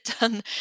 done